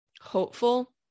hopeful